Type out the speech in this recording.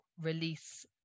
release